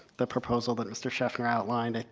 the proposal that mr. sheffner outlined,